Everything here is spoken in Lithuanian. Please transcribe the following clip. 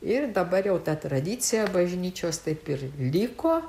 ir dabar jau ta tradicija bažnyčios taip ir liko